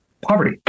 poverty